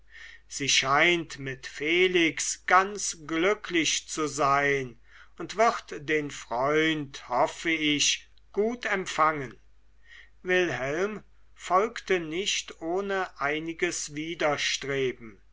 sie scheint mit felix ganz glücklich zu sein und wird den freund hoffe ich gut empfangen wilhelm folgte nicht ohne einiges